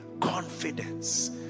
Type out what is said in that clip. confidence